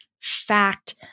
fact